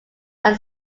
are